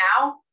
now